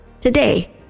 Today